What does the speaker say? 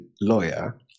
lawyer